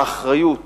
האחריות